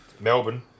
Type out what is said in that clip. Melbourne